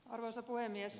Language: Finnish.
arvoisa puhemies